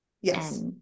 yes